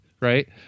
Right